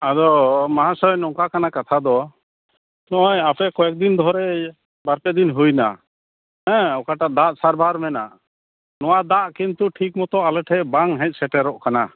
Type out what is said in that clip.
ᱟᱫᱚ ᱢᱟᱦᱟᱥᱚᱭ ᱱᱚᱝᱠᱟ ᱠᱟᱱᱟ ᱠᱟᱛᱷᱟ ᱫᱚ ᱱᱚᱜᱼᱚᱸᱭ ᱟᱯᱮ ᱠᱚᱭᱮᱠ ᱫᱤᱱ ᱫᱷᱚᱨᱮ ᱵᱟᱨᱯᱮ ᱫᱤᱱ ᱦᱩᱭᱮᱱᱟ ᱦᱮᱸ ᱚᱠᱟᱴᱟᱜ ᱫᱟᱜ ᱥᱟᱨᱵᱷᱟᱨ ᱢᱮᱱᱟᱜᱼᱟ ᱱᱚᱣᱟ ᱫᱟᱜ ᱠᱤᱱᱛᱩ ᱴᱷᱤᱠ ᱢᱚᱛᱚ ᱟᱞᱮ ᱴᱷᱮᱡ ᱵᱟᱝ ᱦᱮᱡ ᱥᱮᱴᱮᱨᱚᱜ ᱠᱟᱱᱟ